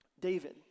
David